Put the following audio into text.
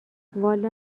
والا